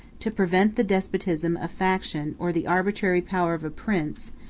to prevent the despotism of faction or the arbitrary power of a prince,